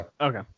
okay